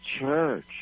church